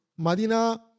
Madina